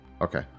Okay